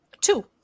Two